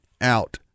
out